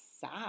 sad